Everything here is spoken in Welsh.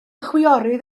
chwiorydd